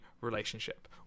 relationship